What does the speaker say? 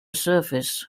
surface